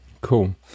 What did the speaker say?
cool